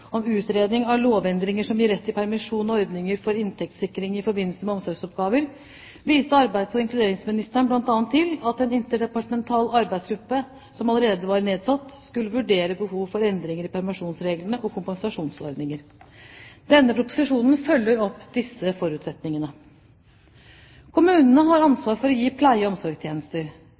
om utredning av lovendringer som gir rett til permisjon og ordninger for inntektssikring i forbindelse med omsorgsoppgaver, viste arbeids- og inkluderingsministeren bl.a. til at en interdepartemental arbeidsgruppe som allerede var nedsatt, skulle vurdere behov for endringer i permisjonsreglene og kompensasjonsordninger. Denne proposisjonen følger opp disse forutsetningene. Kommunene har ansvar for å gi pleie- og omsorgstjenester.